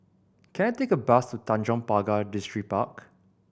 can I take a bus Tanjong Pagar Distripark